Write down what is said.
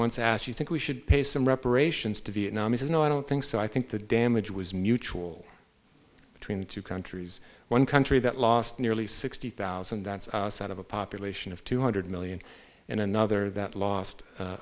once asked you think we should pay some reparations to vietnam is no i don't think so i think the damage was mutual between two countries one country that lost nearly sixty thousand that's out of a population of two hundred million and another that lost